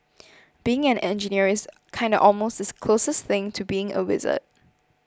being an engineer is kinda almost the closest thing to being a wizard